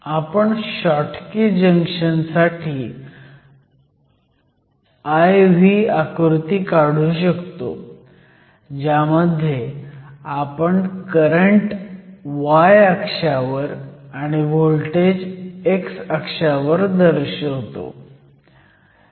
आपण Schottky junction साठी IV आकृती काढू शकतो ज्यामध्ये आपण करंट Y अक्षावर आणि व्होल्टेज X अक्षावर दर्शवतो